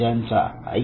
ज्यांचा आई